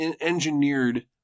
engineered